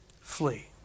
flee